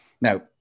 Now